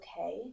okay